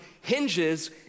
hinges